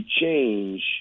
change